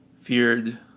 feared